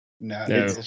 No